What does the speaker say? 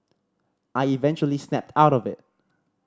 I eventually snapped out of it